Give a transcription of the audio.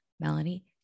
Melanie